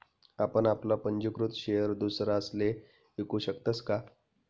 आपण आपला पंजीकृत शेयर दुसरासले ईकू शकतस का?